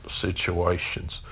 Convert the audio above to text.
situations